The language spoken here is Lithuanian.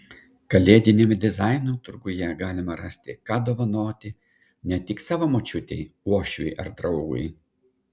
kalėdiniame dizaino turguje galima rasti ką dovanoti ne tik savo močiutei uošviui ar draugui